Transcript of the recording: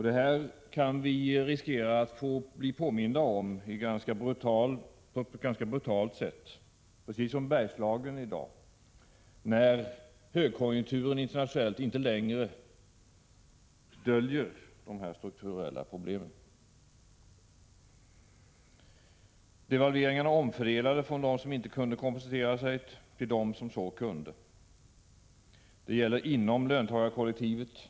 Det kan vi riskera att bli påminda om på ett ganska brutalt sätt — precis som Bergslagen i dag — när den internationella högkonjunkturen inte längre döljer dessa strukturella problem. Devalveringarna omfördelade från dem som inte kunde kompensera sig till dem som så kunde. Det gäller inom löntagarkollektivet.